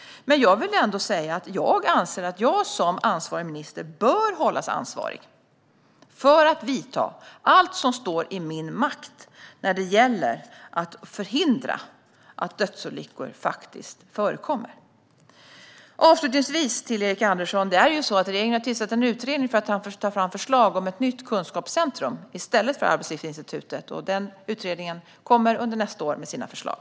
Men jag anser ändå att jag som ansvarig minister bör hållas ansvarig för att göra allt som står i min makt när det gäller att förhindra att dödsolyckor förekommer. Avslutningsvis, Erik Andersson, har regeringen tillsatt en utredning för att ta fram förslag om ett nytt kunskapscentrum i stället för Arbetslivsinstitutet. Den utredningen kommer under nästa år med sina förslag.